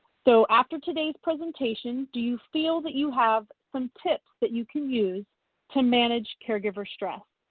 so after today's presentation, do you feel that you have some tips that you can use to manage caregiver stress.